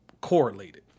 correlated